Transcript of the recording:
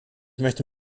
möchte